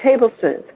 tablespoons